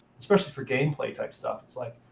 especially for gameplay-type stuff, it's like,